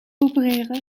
opereren